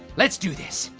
let's do this.